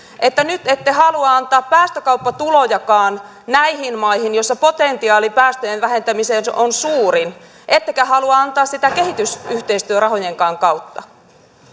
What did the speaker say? että nyt ette halua antaa päästökauppatulojakaan näihin maihin joissa potentiaali päästöjen vähentämiseen on suurin ettekä halua antaa sitä kehitysyhteistyörahojenkaan kautta